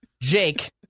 Jake